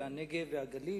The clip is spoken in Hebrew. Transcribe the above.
הנגב והגליל,